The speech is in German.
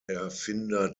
erfinder